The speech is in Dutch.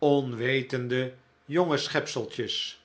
onwetende jonge schepseltjes